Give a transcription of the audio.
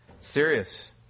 Serious